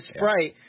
Sprite